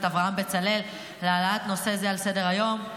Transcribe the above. אברהם בצלאל על העלאת נושא זה על סדר-היום.